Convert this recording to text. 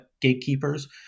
gatekeepers